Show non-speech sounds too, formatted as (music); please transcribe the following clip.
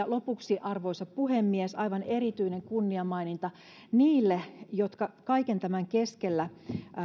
(unintelligible) lopuksi arvoisa puhemies aivan erityinen kunniamaininta niille jotka kaiken tämän keskellä